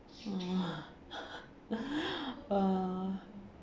ah ah